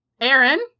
Aaron